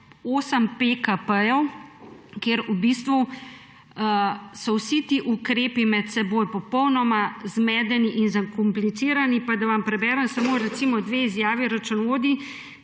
osem PKP-jev, kjer so v bistvu vsi ti ukrepi med seboj popolnoma zmedeni in zakomplicirani. Naj vam preberem samo dve izjavi računovodij,